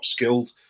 upskilled